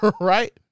right